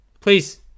please